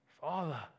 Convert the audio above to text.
Father